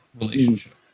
relationship